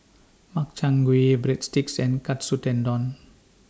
Makchang Gui Breadsticks and Katsu Tendon